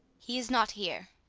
he is not here.